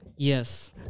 Yes